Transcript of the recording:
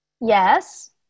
Yes